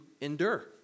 endure